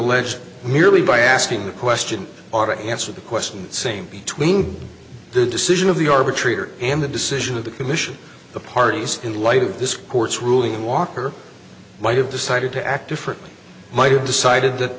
merely by asking the question ought to answer the question same between the decision of the arbitrator and the decision of the commission the parties in light of this court's ruling in walker might have decided to act differently might have decided that